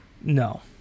No